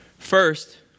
First